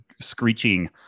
screeching